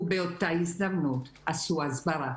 ובאותה הזדמנות עשו הסברה.